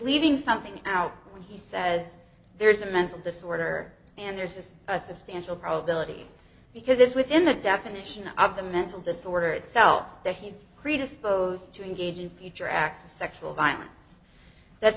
leaving something out when he says there is a mental disorder and there's just a substantial probability because it's within the definition of the mental disorder itself that he's predisposed to engage in future acts of sexual violence that's